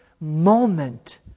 moment